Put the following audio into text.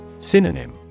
Synonym